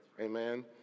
Amen